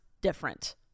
different